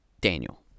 Daniel